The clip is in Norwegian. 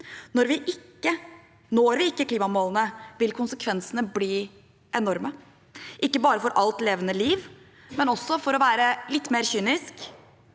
Når vi ikke klimamålene, vil konsekvensene bli enorme, ikke bare for alt levende liv, men også – for å være litt mer kynisk